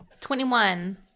Twenty-one